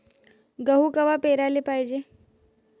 गहू कवा पेराले पायजे?